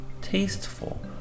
tasteful